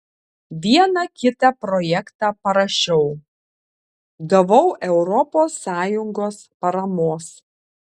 vieną kitą projektą parašiau gavau europos sąjungos paramos